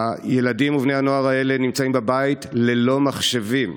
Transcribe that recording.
הילדים ובני הנוער האלה נמצאים בבית ללא מחשבים.